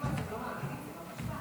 בבקשה, אדוני, שלוש דקות.